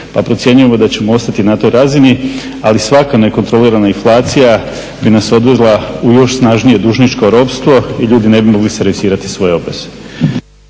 pa procjenjujemo da ćemo ostati na toj razini. Ali svaka nekontrolirana inflacija bi nas odvela u još snažnije dužničko ropstvo i ljudi ne bi mogli servisirati svoje obveze.